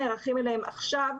לא נערכים אליהם עכשיו,